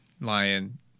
lion